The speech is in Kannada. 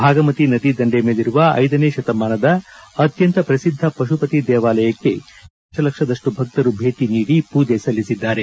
ಭಾಗಮತಿ ನದಿ ದಂಡೆ ಮೇಲಿರುವ ಐದನೇ ಶತಮಾನದ ಅತ್ಯಂತ ಪ್ರಸಿದ್ದ ಪಶುಪತಿನಾಥ ದೇವಾಲಯಕ್ಕೆ ಸುಮಾರು ಒಂದು ದತಲಕ್ಷದಷ್ಟು ಭಕ್ತರು ಭೇಟ ನೀಡಿ ಪೂಜೆ ಸಲ್ಲಿಸಿದ್ದಾರೆ